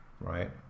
right